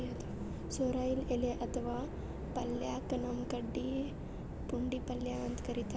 sorrel ಎಲಿ ಅಥವಾ ಪಲ್ಯಕ್ಕ್ ನಮ್ ಕಡಿ ಪುಂಡಿಪಲ್ಯ ಅಂತ್ ಕರಿತಾರ್